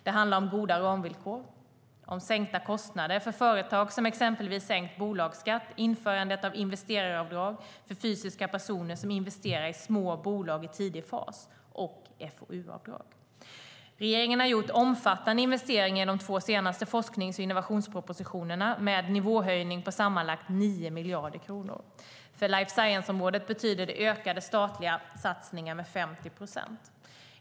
Det handlar om goda ramvillkor, sänkta kostnader för företag som exempelvis sänkt bolagsskatt, införande av investeraravdrag för fysiska personer som investerar i små bolag i tidig fas och FoU-avdrag. Regeringen har gjort omfattande investeringar i de två senaste forsknings och innovationspropositionerna med nivåhöjning på sammanlagt 9 miljarder kronor. För life science-området betyder det ökade statliga satsningar med 50 procent.